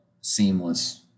seamless